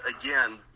Again